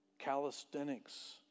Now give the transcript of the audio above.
Calisthenics